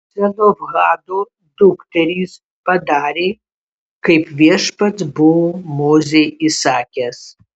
celofhado dukterys padarė kaip viešpats buvo mozei įsakęs